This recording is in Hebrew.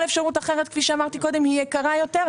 כל אפשרות אחרת היא יקרה יותר.